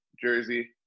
jersey